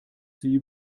sie